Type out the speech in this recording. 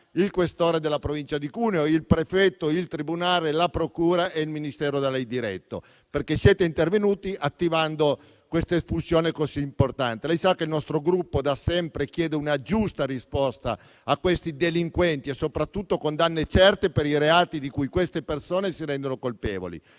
il questore della provincia di Cuneo, il prefetto, il tribunale, la procura e il Ministero da lei diretto, perché siete intervenuti attivando questa espulsione così importante. Il nostro Gruppo da sempre chiede una giusta risposta a questi delinquenti e soprattutto condanne certe per i reati di cui queste persone si rendono colpevoli.